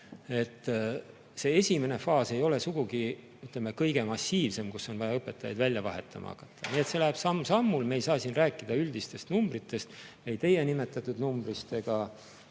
See esimene faas ei ole sugugi kõige massiivsem, kus on vaja õpetajaid välja vahetama hakata. Nii et see läheb samm-sammult, me ei saa siin rääkida üldistest numbritest, ei teie nimetatud numbrist ega